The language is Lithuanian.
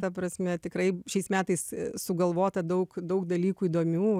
ta prasme tikrai šiais metais sugalvota daug daug dalykų įdomių